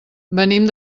venim